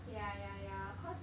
ya ya ya cause